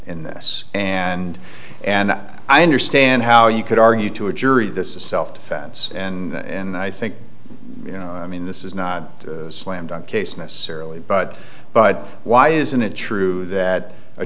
in this and and i understand how you could argue to a jury this is self defense and i think you know i mean this is not a slam dunk case necessarily but but why isn't it true that a